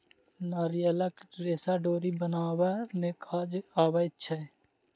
नारियलक रेशा डोरी बनाबअ में काज अबै छै